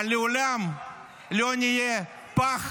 אבל לעולם לא נהיה פח